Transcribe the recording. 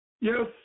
Yes